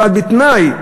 אבל בתנאי.